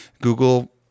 Google